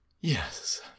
Yes